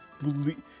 believe